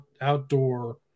outdoor